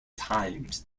times